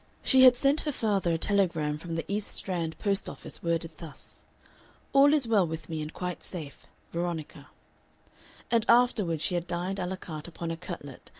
she had sent her father a telegram from the east strand post-office worded thus all is well with me and quite safe veronica and afterward she had dined a la carte upon a cutlet,